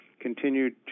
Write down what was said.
continued